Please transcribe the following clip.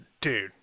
dude